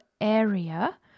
area